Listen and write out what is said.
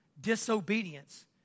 Disobedience